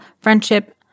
friendship